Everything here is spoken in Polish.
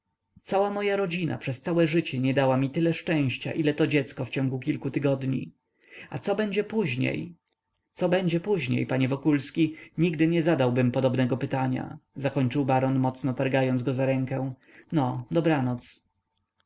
cała moja rodzina przez całe życie nie dała mi tyle szczęścia ile to dziecko w ciągu kilku tygodni a co będzie później co będzie później panie wokulski nikomu nie zadałbym podobnego pytania zakończył baron mocno targając go za rękę no dobranoc